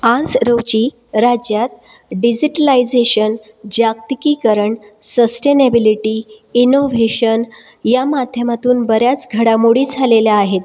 आज रोजी राज्यात डिजिटलाझेशन जागतिकीकरण सस्टेनेबिलिटी इनोव्हेशन या माध्यमातून बऱ्याच घडामोडी झालेल्या आहेत